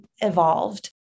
evolved